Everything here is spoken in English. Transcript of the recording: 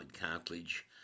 cartilage